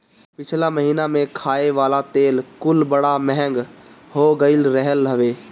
पिछला महिना में खाए वाला तेल कुल बड़ा महंग हो गईल रहल हवे